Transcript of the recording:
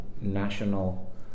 national